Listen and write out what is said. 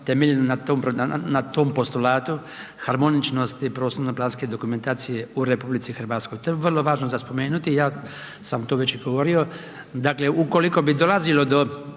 temeljeno na tom postulatu harmoničnosti prostorno planske dokumentacije u RH. To je vrlo važno za spomenuti i ja sam to već i govorio, dakle ukoliko bi dolazilo do